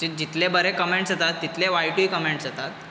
जी जितले बरे कमेंट्स येता तितले वायटूय कमेंट्स येतात